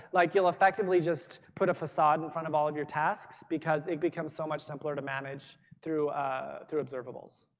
like you'll effectively just put a facade in front of all of your tasks because it becomes so much simpler to manage through ah through observables.